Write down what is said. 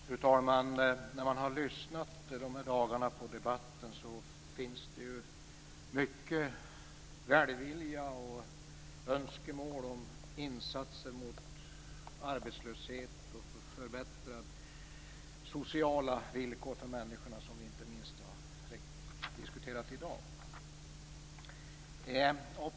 Fru talman! När man de här dagarna har lyssnat till debatten finns det mycket välvilja och önskemål om insatser mot arbetslöshet och förbättrade sociala villkor för människorna, vilket vi inte minst har diskuterat i dag.